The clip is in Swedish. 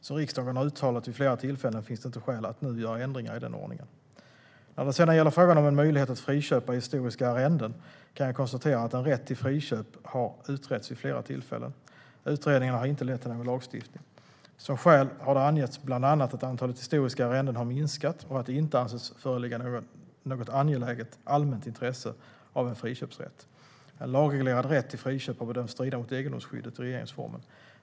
Som riksdagen uttalat vid flera tillfällen finns det inte skäl att nu göra ändringar i den ordningen. När det sedan gäller frågan om en möjlighet att friköpa historiska arrenden kan jag konstatera att en rätt till friköp har utretts vid flera tillfällen. Utredningarna har inte lett till någon lagstiftning. Som skäl har det angetts bland annat att antalet historiska arrenden har minskat och att det inte kan anses föreligga något angeläget allmänt intresse av en friköpsrätt. En lagreglerad rätt till friköp har bedömts strida mot egendomsskyddet i regeringsformen.